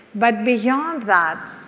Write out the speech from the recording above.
but beyond that,